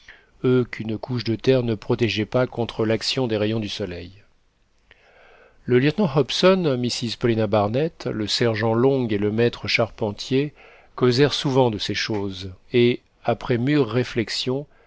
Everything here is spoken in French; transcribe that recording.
eux qu'une couche de terre ne protégeait pas contre l'action des rayons du soleil le lieutenant hobson mrs paulina barnett le sergent long et le maître charpentier causèrent souvent de ces choses et après mûres réflexions